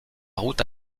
route